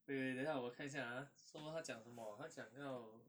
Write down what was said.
wait wait wait 等一下我看一下啊 so 他讲什么他讲要